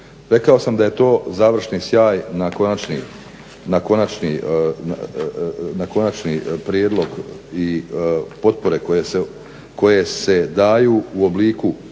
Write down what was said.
Rekao sam da je to završni sjaj na konačni prijedlog i potpore koje se daju u obliku